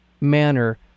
manner